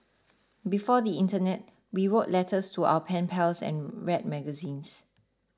before the internet we wrote letters to our pen pals and read magazines